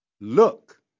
Look